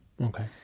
Okay